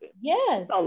Yes